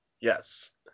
Yes